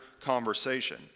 conversation